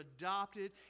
adopted